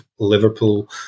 Liverpool